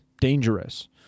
dangerous